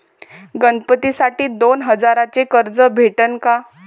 गणपतीसाठी दोन हजाराचे कर्ज भेटन का?